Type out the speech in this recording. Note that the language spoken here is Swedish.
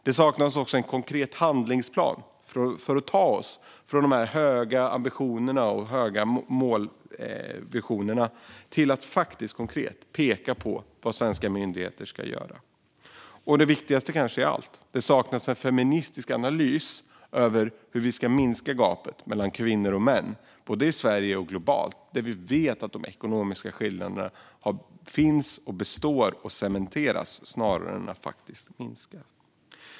Det saknas också en handlingsplan för att gå från de höga ambitionerna och visionerna till att konkret peka på vad svenska myndigheter ska göra. Och kanske det viktigaste av allt: Det saknas en feministisk analys för hur vi ska minska gapet mellan kvinnor och män både i Sverige och globalt. Vi vet att de ekonomiska skillnaderna finns kvar och cementeras snarare än att minska.